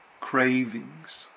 cravings